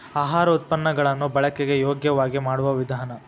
ಆಹಾರ ಉತ್ಪನ್ನ ಗಳನ್ನು ಬಳಕೆಗೆ ಯೋಗ್ಯವಾಗಿ ಮಾಡುವ ವಿಧಾನ